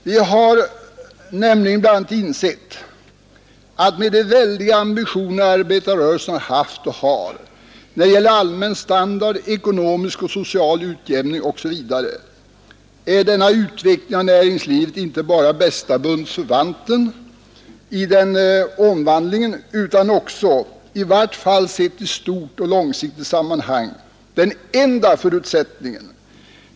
Vi har nämligen bl.a. insett att med de väldiga ambitioner arbetarrörelsen haft och har när det gäller allmän standard, ekonomi och social utjämning osv. är denna utveckling av näringslivet inte bara bästa bundsförvanten i den omvandlingen utan också — i vart fall, om man ser i stort och i långsiktigt sammanhang — den enda förutsättningen.